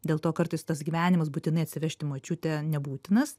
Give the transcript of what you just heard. dėl to kartais tas gyvenimas būtinai atsivežti močiutę nebūtinas